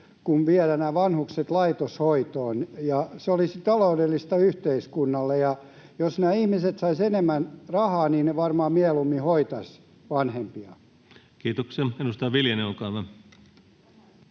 kuin viedä nämä vanhukset laitoshoitoon, se olisi taloudellista yhteiskunnalle, ja jos nämä ihmiset saisivat enemmän rahaa, niin he varmaan mieluummin hoitaisivat vanhempiaan. [Speech